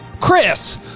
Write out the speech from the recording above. Chris